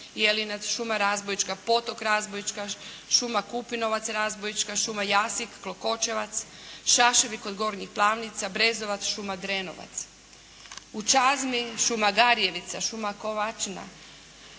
Jelince, šuma Razbojička, potok Razbojčka, šuma Kupinovac Razbojčka, šuma Jasik, Klokočevac, Šaševi kod Gornjih Plavnica, Brezovac, suma Drenovac. U Čazmi šuma Darjevica, šuma Kovačina,